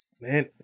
Man